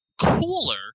cooler